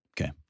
Okay